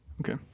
Okay